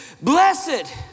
Blessed